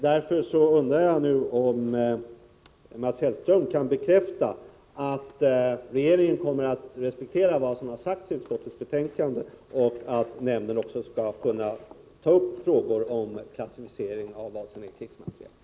Därför undrar jag nu om Mats Hellström kan bekräfta att regeringen kommer att respektera vad som sagts i utskottsbetänkandet och att nämnden också skall kunna ta upp frågor om klassificering av vad som är krigsmateriel.